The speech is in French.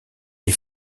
les